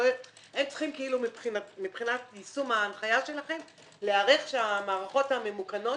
הם צריכים מבחינת יישום ההנחיה שלכם להיערך שהמערכות הממוכנות